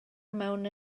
mewn